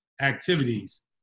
activities